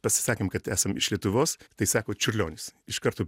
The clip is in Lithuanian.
pasisakėm kad esam iš lietuvos tai sako čiurlionis iš karto